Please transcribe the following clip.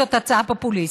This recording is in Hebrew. זאת הצעה פופוליסטית.